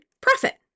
profit